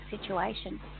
situation